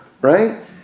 right